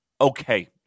Okay